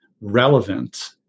relevant